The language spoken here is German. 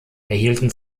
erhielten